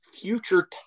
future